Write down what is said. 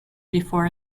before